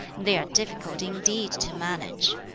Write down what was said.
they are difficult indeed to manage.